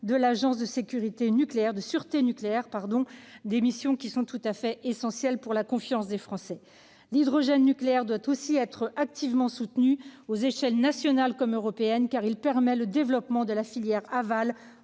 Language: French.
de l'Autorité de sûreté nucléaire, missions qui sont tout à fait essentielles pour la confiance des Français. L'hydrogène nucléaire doit aussi être activement soutenu, à l'échelle nationale comme au niveau européen, car il permet le développement de la filière aval